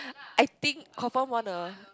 I think confirm wanna